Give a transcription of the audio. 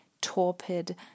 torpid